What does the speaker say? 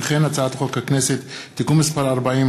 וכן הצעת חוק הכנסת (תיקון מס' 40),